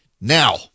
Now